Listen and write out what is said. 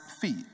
feet